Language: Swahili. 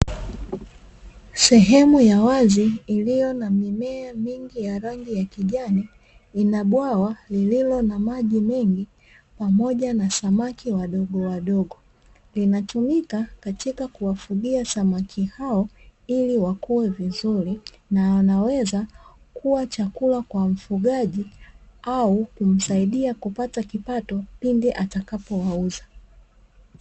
Sehemu ya wazi iliyo na mimea mingi ya rangi ya kijani lina bwawa lililo na maji mengi pamoja na samaki wadogo wadogo. Linatumika katika kuwafugia samaki hao ili wakue vizuri na wanaweza kuwa chakula kwa mfugaji au kumsaidia kupata kipato pindi atakapo wauza.